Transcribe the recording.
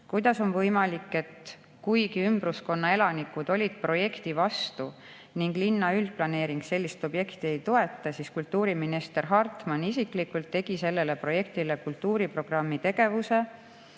"Kuidas on võimalik, et kuigi ümbruskonna elanikud olid projekti vastu ning linna üldplaneering sellist objekti ei toeta, siis Kultuuriminister Hartman isiklikult tegi sellele projektile kultuuriprogrammi tegevuse